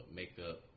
makeup